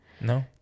no